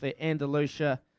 Andalusia